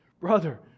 brother